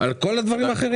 בואו נתקדם פרה-פרה.